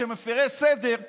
שהם מפירי סדר,